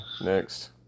Next